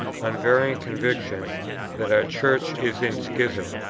unvarying conviction that our church is in schism,